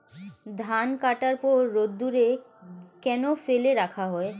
ধান কাটার পর রোদ্দুরে কেন ফেলে রাখা হয়?